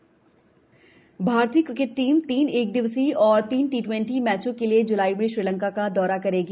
cricket भारतीय cricket team तीन एकदिवसीय और तीन टी ट्वेंटी मैचों के लिए ज्लाई में श्रीलंका का दौरा करेगी